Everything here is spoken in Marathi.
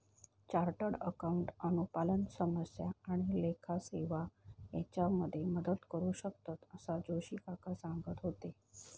चार्टर्ड अकाउंटंट अनुपालन समस्या आणि लेखा सेवा हेच्यामध्ये मदत करू शकतंत, असा जोशी काका सांगत होते